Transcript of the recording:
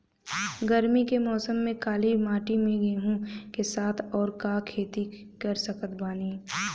गरमी के मौसम में काली माटी में गेहूँ के साथ और का के खेती कर सकत बानी?